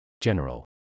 General